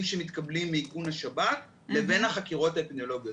שמתקבלים מאיכון השב"כ לבין החקירות האפידמיולוגיות.